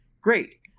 Great